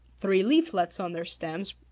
three leaflets on their stem,